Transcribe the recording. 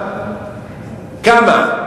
כמה?